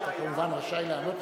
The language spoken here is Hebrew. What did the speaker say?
אתה כמובן רשאי לענות,